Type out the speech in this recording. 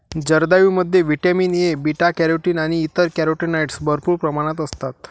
जर्दाळूमध्ये vitamin A, beta carotene आणि इतर कॅरोटीनॉइड्स भरपूर प्रमाणात असतात